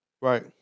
Right